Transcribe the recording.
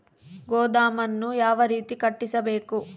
ಗೋದಾಮನ್ನು ಯಾವ ರೇತಿ ಕಟ್ಟಿಸಬೇಕು?